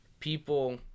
people